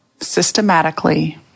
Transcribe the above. systematically